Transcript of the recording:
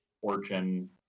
fortune